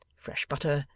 fresh butter,